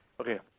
Okay